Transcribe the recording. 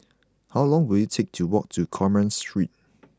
how long will it take to walk to Commerce Street